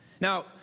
Now